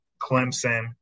Clemson